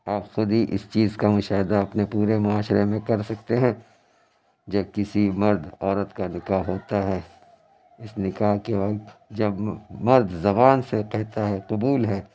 آپ خود ہی اس چیز کا مشاہدہ اپنے پورے معاشرے میں کر سکتے ہیں جب کسی مرد عورت کا نكاح ہوتا ہے اس نکاح کے وقت جب مرد زبان سے کہتا ہے قبول ہے